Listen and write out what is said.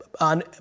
on